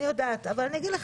אבל ניר,